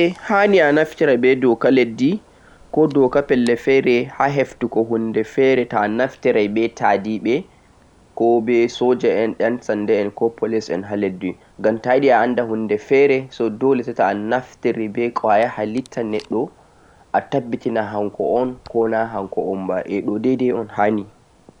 Ae hanii, to doka leddi hokke dama a naftira be ta'adeeɓe ngam ta'ayiɗe a'anda hunde fere to dole'on seto anaftire be kwaya halitta neɗɗo atabbitina hanko'on ko na hanko ba.